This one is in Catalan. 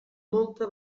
molta